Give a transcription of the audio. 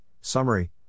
Summary